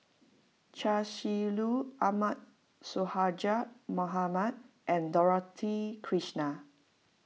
Chia Shi Lu Ahmad Sonhadji Mohamad and Dorothy Krishnan